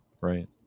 right